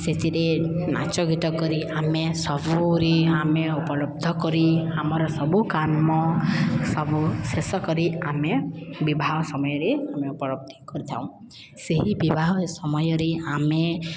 ସେଥିରେ ନାଚ ଗୀତ କରି ଆମେ ସବୁରେ ଆମେ ଉପଲବ୍ଧ କରି ଆମର ସବୁ କାମ ସବୁ ଶେଷ କରି ଆମେ ବିବାହ ସମୟରେ ଆମେ ଉପଲବ୍ଧି କରିଥାଉ ସେହି ବିବାହ ସମୟରେ ଆମେ